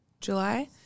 July